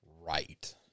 right